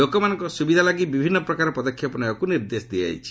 ଲୋକମାନଙ୍କ ସୁବିଧା ଲାଗି ବିଭିନ୍ନ ପ୍ରକାର ପଦକ୍ଷେପ ନେବାକୁ ନିର୍ଦ୍ଦେଶ ଦେଉଛନ୍ତି